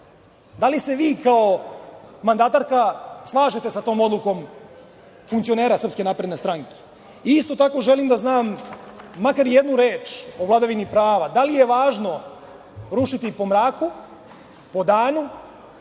Da li se vi kao mandatarka slažete sa tom odlukom funkcionera SNS? Isto tako želim da znam makar i jednu reč o vladavini prava – da li je važno rušiti po mraku, po danu